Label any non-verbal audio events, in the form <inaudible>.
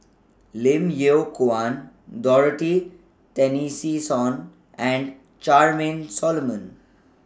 Lim Yew Kuan Dorothy <unintelligible> and Charmaine Solomon